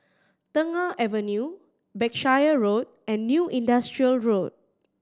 Tengah Avenue Berkshire Road and New Industrial Road